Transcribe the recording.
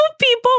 people